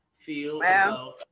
feel